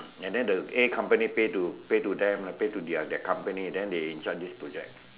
and then the a company pay to pay to them pay to their company then they in charge this project